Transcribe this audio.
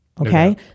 okay